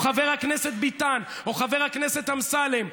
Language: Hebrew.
או חבר הכנסת ביטן או חבר הכנסת אמסלם,